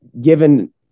given